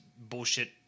bullshit